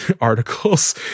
articles